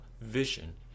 vision